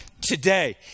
Today